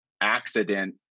accident